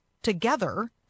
together